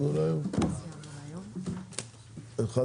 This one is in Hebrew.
ננעלה בשעה